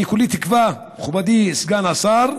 אני כולי תקווה, מכובדי סגן השר,